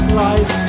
lies